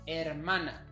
Hermana